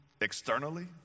externally